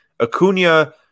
Acuna